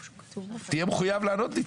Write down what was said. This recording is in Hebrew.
תהיה מחויב לענות לי.